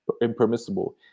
impermissible